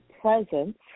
presence